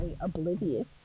oblivious